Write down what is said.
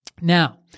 Now